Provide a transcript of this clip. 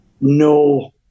no